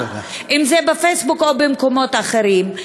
אם בפייסבוק או במקומות אחרים,